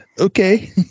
Okay